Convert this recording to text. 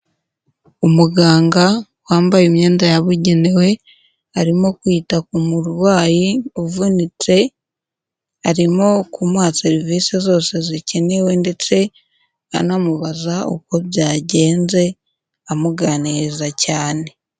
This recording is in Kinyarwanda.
Umuganga wambaye imyenda y'abugenewe arimo kwita ku murwayi uvunitse arimo kumuha serivisi zose zikenewe ndetse anamubaza uko byagenze amuganiriza cyane.